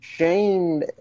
Shane